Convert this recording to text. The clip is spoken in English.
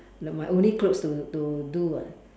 like my only clothes to to do what